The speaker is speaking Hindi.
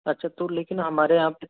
अच्छा तो लेकिन हमारे यहाँ पे